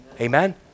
Amen